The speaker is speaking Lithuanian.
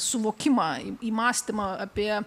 suvokimą į mąstymą apie